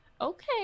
Okay